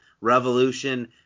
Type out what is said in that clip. Revolution